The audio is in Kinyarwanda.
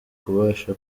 kubasha